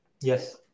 Yes